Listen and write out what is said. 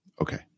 Okay